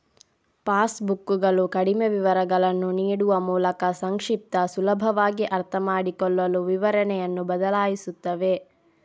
pass ಬುಕ್ಕುಗಳು ಕಡಿಮೆ ವಿವರಗಳನ್ನು ನೀಡುವ ಮೂಲಕ ಸಂಕ್ಷಿಪ್ತ, ಸುಲಭವಾಗಿ ಅರ್ಥಮಾಡಿಕೊಳ್ಳಲು ವಿವರಣೆಯನ್ನು ಬದಲಾಯಿಸುತ್ತವೆ